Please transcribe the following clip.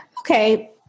Okay